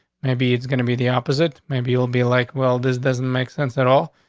maybe it's gonna be the opposite. maybe you'll be like, well, this doesn't make sense at all,